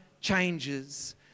changes